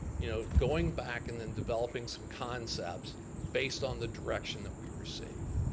you know going back and then developing some concepts based on the direction that we receive.